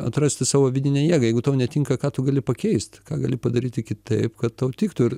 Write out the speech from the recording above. atrasti savo vidinę jėgą jeigu tau netinka ką tu gali pakeist ką gali padaryti kitaip kad tau tiktų ir